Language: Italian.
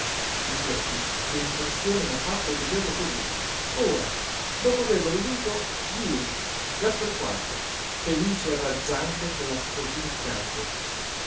figurati che impressione m'ha fatto rivederlo cosí ora dopo averlo veduto jeri verso le quattro felice e raggiante con la sposina accanto